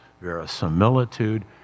verisimilitude